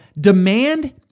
demand